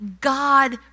God